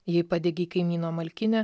jei padegei kaimyno malkinę